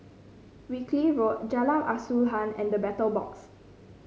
Wilkie Road Jalan Asuhan and The Battle Box